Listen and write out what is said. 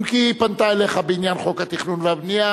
אם כי היא פנתה אליך בעניין חוק התכנון והבנייה.